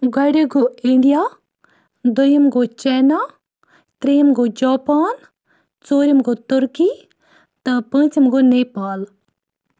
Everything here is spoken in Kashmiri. گۄڈکۍ گو اِنڈیا دوٚیِم گوٚو چاینا تریٚیِم گوٚو جاپان ژورِم گوٚو تُرکی تہٕ پۭنٛژِم گوٚو نیپال